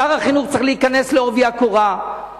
שר החינוך צריך להיכנס בעובי הקורה,